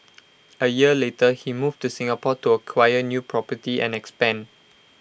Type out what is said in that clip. A year later he moved to Singapore to acquire new property and expand